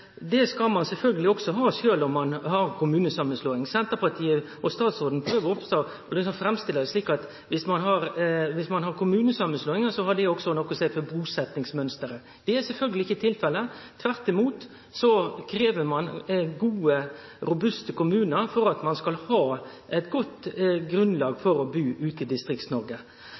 statsråden prøver liksom å framstille det slik at viss ein har kommunesamanslåingar, får det òg noko å seie for busetjingsmønsteret. Det er sjølvsagt ikkje tilfellet. Tvert imot krev ein gode, robuste kommunar for at ein skal ha eit godt grunnlag for å bu ute i